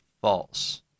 false